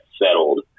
settled